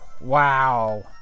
Wow